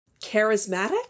charismatic